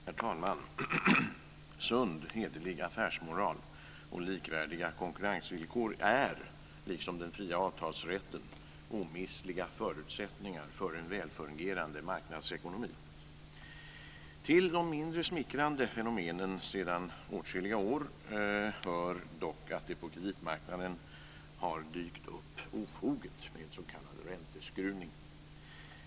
Herr talman! Sund, hederlig affärsmoral och likvärdiga konkurrensvillkor är, liksom den fria avtalsrätten, omistliga förutsättningar för en väl fungerande marknadsekonomi. Till de mindre smickrande fenomenen hör dock sedan åtskilliga år att det på kreditmarknaden har dykt upp ofoget med s.k. ränteskruvning.